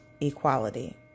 equality